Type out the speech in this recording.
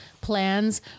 plans